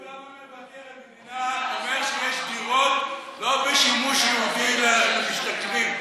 גם מבקר המדינה אומר שיש דירות לא בשימוש ייעודי למשתכנים,